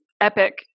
epic